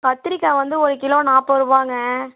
கத்திரிக்காய் வந்து ஒரு கிலோ நாற்பதுருவாங்க